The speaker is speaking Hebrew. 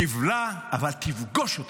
תבלע, אבל תפגוש אותם.